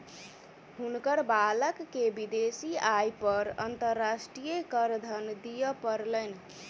हुनकर बालक के विदेशी आय पर अंतर्राष्ट्रीय करधन दिअ पड़लैन